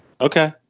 Okay